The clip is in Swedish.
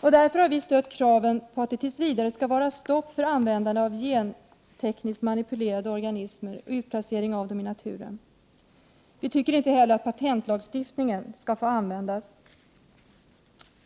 Vi har därför stött kraven på att det tills vidare skall vara stopp för användande av gentekniskt manipulerade organismer och utplacering av dem i naturen. Vi tycker inte heller att patentlagstiftning skall få användas